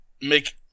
make